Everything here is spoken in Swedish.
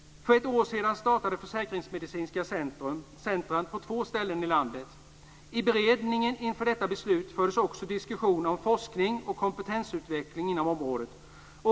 För ett år sedan startades Försäkringsmedicinska centrum på två ställen i landet. I beredningen inför detta beslut fördes också diskussioner om forskning och kompetensutveckling inom området.